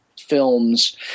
films